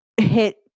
hit